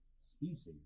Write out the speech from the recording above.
species